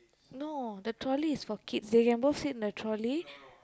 no the trolley is for kids they can both sit in the trolley